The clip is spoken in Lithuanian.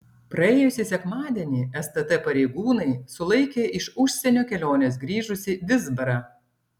praėjusį sekmadienį stt pareigūnai sulaikė iš užsienio kelionės grįžusį vizbarą